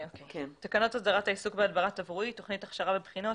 "תקנות הסדרת העיסוק בהדברה תברואית (תוכנית הכשרה ובחינות),